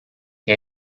che